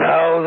Now